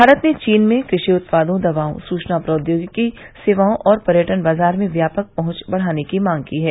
भारत ने चीन में कृषि उत्पादों दवाओं सूचना प्रौद्योगिकी सेवाओं और पर्यटन बाजार में व्यापक पहुंच बढ़ाने की मांग की है